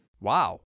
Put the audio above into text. Wow